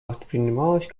воспринималось